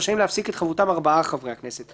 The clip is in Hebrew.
רשאים להפסיק את חברותם ארבעה חברי הכנסת,